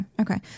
okay